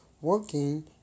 working